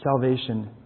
salvation